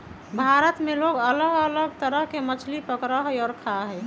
भारत में लोग अलग अलग तरह के मछली पकडड़ा हई और खा हई